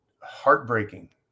heartbreaking